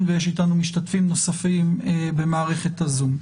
ויש איתנו משתתפים נוספים במערכת הזום.